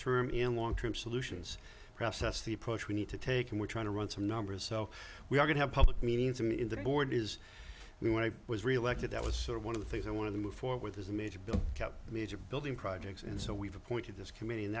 term solutions process the approach we need to take and we're trying to run some numbers so we're going to have public meetings i'm in the board is we when i was reelected that was sort of one of the things i wanted to move forward is a major bill major building projects and so we've appointed this committee and